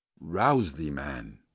rouse thee, man!